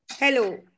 Hello